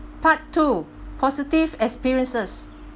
part two positive experiences